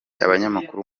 abanyamakuru